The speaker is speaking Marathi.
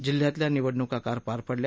जिल्ह्यातल्या निवडणूका काल पार पडल्या